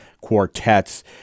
quartets